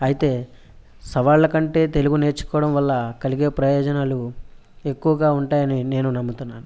అయితే సవాళ్ళకంటే తెలుగు నేర్చుకోవడం వల్ల కలిగే ప్రయోజనాలు ఎక్కువగా ఉంటాయని నేను నమ్ముతున్నాను